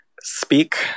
Speak